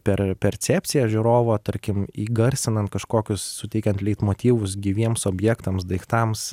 per percepciją žiūrovo tarkim įgarsinant kažkokius suteikiant leitmotyvus gyviems objektams daiktams